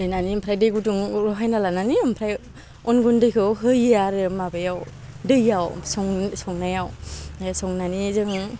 देनानै ओमफ्राय दै गुदुं रहायना लानानै ओमफ्राय उन गुन्दैखौ होयो आरो माबायाव दैयाव सं संनायाव संनानि जों